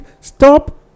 Stop